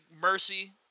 Mercy